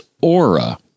Aura